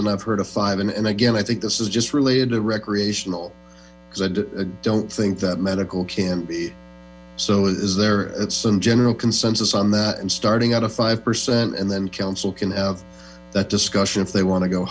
and i've heard of five and again i think this is just related to recreational because i don't think that medical can be so is there at some general consensus on that and starting out a five percent and then council can have that discussion if they want to go